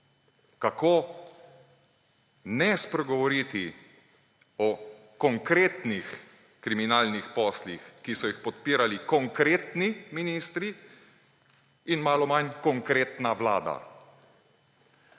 kako ne spregovoriti o konkretnih kriminalnih poslih, ki so jih podpirali konkretni ministri in malo manj konkretna vlada.